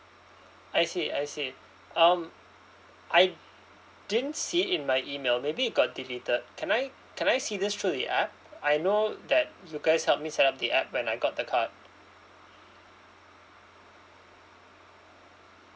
I see I see um I didn't see it in my email maybe it got deleted can I can I see this through the app I know that you guys helped me set up the app when I got the card